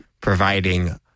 providing